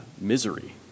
misery